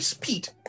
Pete